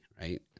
right